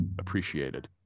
appreciated